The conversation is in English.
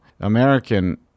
American